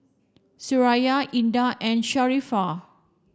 Suraya Indah and Sharifah